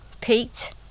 Pete